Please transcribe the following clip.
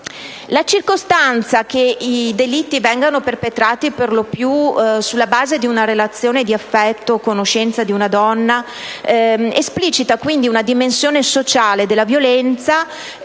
La circostanza che i delitti vengano perpetrati, per lo più, sulla base di una relazione di affetto o conoscenza di una donna esplicita una dimensione sociale della violenza